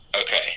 Okay